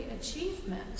achievement